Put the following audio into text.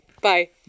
Bye